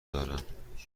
دارم